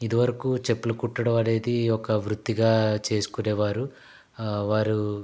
ఇది వరకు చెప్పులు కుట్టడం అనేది ఒక వృత్తిగా చేసుకునేవారు వారు